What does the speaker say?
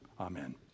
Amen